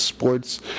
sports